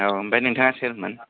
औ आमफाय नोंथाङा सोरमोन